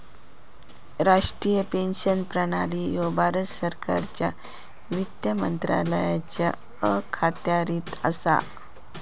राष्ट्रीय पेन्शन प्रणाली ह्या भारत सरकारच्या वित्त मंत्रालयाच्या अखत्यारीत असा